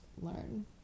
learn